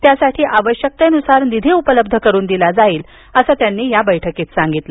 यासाठी आवश्यकतेनुसार निधी उपलब्धी करुन दिला जाईल असं त्यांनी या बैठकीत सांगितलं